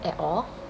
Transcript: at all